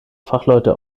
fachleute